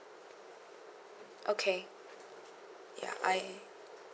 okay ya I